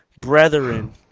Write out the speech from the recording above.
brethren